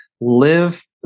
live